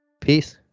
Peace